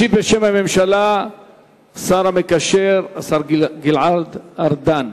ישיב בשם הממשלה השר המקשר, השר גלעד ארדן.